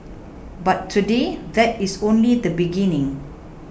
but today that is only the beginning